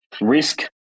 risk